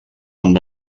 amb